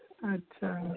अच्छा